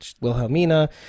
Wilhelmina